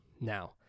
Now